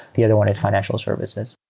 the other one is financial services.